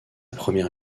première